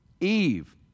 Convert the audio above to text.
Eve